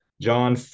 John